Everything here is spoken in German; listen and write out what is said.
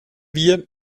wir